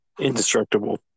indestructible